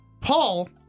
Paul